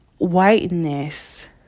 whiteness